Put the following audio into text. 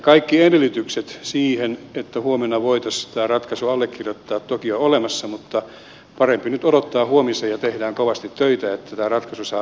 kaikki edellytykset siihen että huomenna voitaisiin tämä ratkaisu allekirjoittaa ovat toki olemassa mutta parempi nyt odottaa huomiseen ja tehdään kovasti töitä että tämä ratkaisu saadaan aikaan